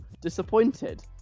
disappointed